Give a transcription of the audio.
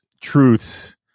truths